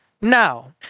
now